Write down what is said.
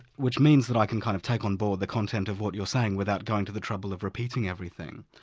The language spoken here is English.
which means that i can kind of take on board the content of what you're saying without going to the trouble of repeating everything.